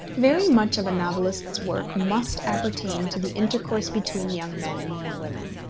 very much of a novelist's work must appertain to the intercourse between young men and young women.